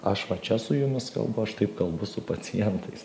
aš va čia su jumis kalbu aš taip kalbu su pacientais